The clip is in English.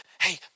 hey